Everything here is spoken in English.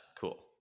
Cool